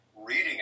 reading